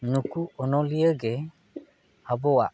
ᱱᱩᱠᱩ ᱚᱱᱞᱤᱭᱟᱹ ᱜᱮ ᱟᱵᱚᱣᱟᱜ